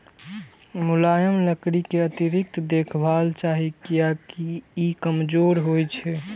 मुलायम लकड़ी कें अतिरिक्त देखभाल चाही, कियैकि ई कमजोर होइ छै